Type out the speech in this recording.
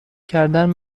کردن